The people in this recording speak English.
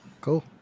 Cool